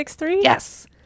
Yes